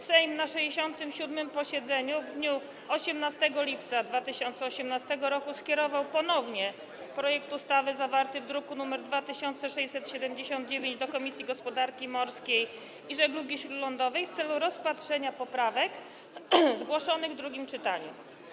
Sejm na 67. posiedzeniu w dniu 18 lipca 2018 r. skierował ponownie projekt ustawy zawarty w druku nr 2679 do Komisji Gospodarki Morskiej i Żeglugi Śródlądowej w celu rozpatrzenia poprawek zgłoszonych w drugim czytaniu.